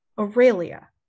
aurelia